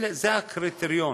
זה הקריטריון.